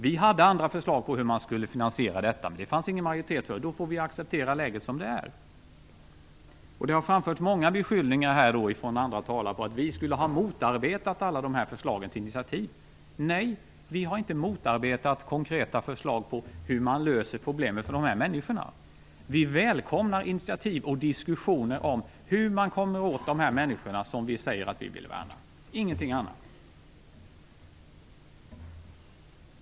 Vi hade andra förslag på hur man skulle finansiera detta, men det fanns ingen majoritet för dem och då får vi acceptera läget som det är. Det har framförts många beskyllningar här ifrån andra talare om att vi i Miljöpartiet skulle ha motarbetat alla förslag till initiativ. Nej, vi har inte motarbetat konkreta förslag på hur man löser problemen för dessa människor. Vi välkomnar initiativ och diskussioner om hur man skall nå dessa människor som vi säger oss vilja värna - ingenting annat.